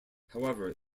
however